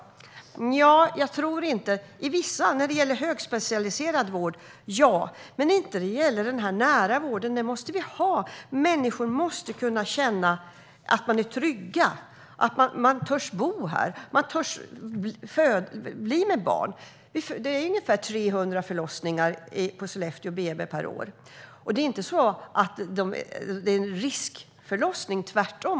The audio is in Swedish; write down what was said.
Nja, jag tror inte det. I vissa fall ja, när det gäller högspecialiserad vård, men inte när det gäller den nära vården. Den måste vi ha. Människor måste kunna känna sig trygga, att man törs bo där och att man törs bli med barn. Ungefär 300 förlossningar per år sker på BB i Sollefteå. Det är inte några riskförlossningar på något sätt.